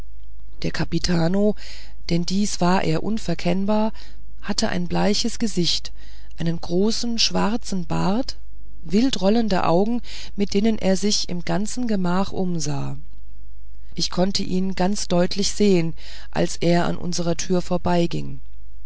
der kapitano denn dies war er unverkennbar hatte ein bleiches gesicht einen großen schwarzen bart wildrollende augen mit denen er sich im ganzen gemach umsah ich konnte ihn ganz deutlich sehen als er an unserer türe vorüberging